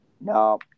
no